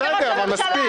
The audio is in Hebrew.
בסדר, אבל מספיק.